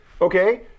okay